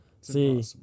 See